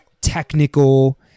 technical